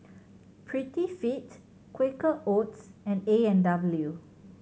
Prettyfit Quaker Oats and A and W